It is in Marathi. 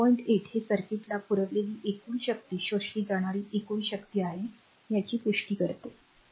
8 हे सर्किटला पुरवलेली एकूण शक्ती शोषली जाणारी एकूण शक्ती आहे याची पुष्टी करते